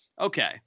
Okay